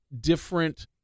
different